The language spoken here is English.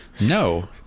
No